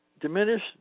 diminish